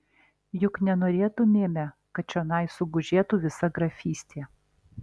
juk nenorėtumėme kad čionai sugužėtų visa grafystė